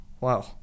wow